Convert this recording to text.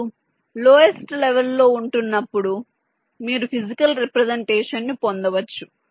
ఇప్పుడు lowest level లో ఉంటున్న ప్పుడు మీరు ఫిజికల్ రిప్రజెంటేషన్ ను పొందవచ్చు